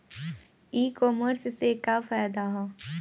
ई कामर्स से का फायदा ह?